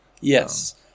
Yes